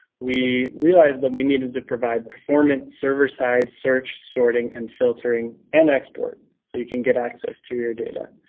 we realized that we needed to provide performant server-side search, sorting and filtering and export. so you can get access to your data.